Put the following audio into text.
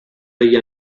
degli